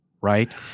right